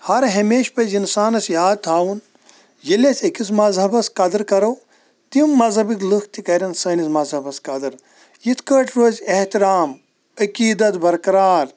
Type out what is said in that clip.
ہَر ہمیٚشہٕ پزِ اِنسانَس یاد تھاوُن ییٚلہِ أسۍ أکِس مذہَبس قدٕر کَرو تِم مذہَبٔکۍ لُکھ تہِ کَرَن سٲنِس مذہَبس قدر یِتھ کٲٹھۍ روزِ احتِرام عقیٖدت برقرار